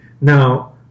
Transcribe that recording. Now